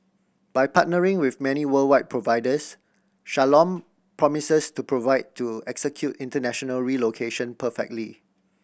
by partnering with many worldwide providers Shalom promises to provide to execute international relocation perfectly